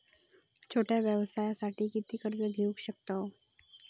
छोट्या व्यवसायासाठी किती कर्ज घेऊ शकतव?